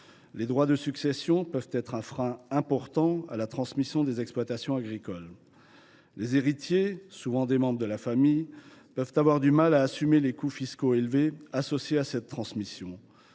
Les droits de succession sont un frein important à la transmission des exploitations agricoles : les héritiers, souvent des membres de la famille, ont parfois du mal à assumer les coûts fiscaux élevés associés à la transmission.